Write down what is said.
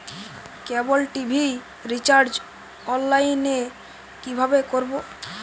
কেবল TV recharge online এ কিভাবে করব?